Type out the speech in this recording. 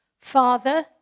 Father